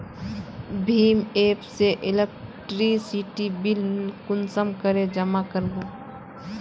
भीम app से electricity bill कुंसम करे जमा कर बो?